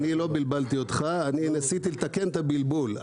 לא אני בלבלתי אותך, אני ניסיתי לתקן את הבלבול.